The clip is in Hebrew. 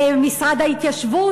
משרד ההתיישבות,